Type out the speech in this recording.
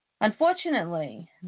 Unfortunately